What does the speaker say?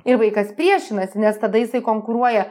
ir vaikas priešinasi nes tada jisai konkuruoja